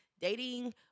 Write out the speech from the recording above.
Dating